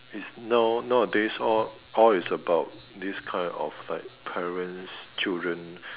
is now nowadays all all is about this kind of like parents children